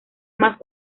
más